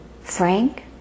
Frank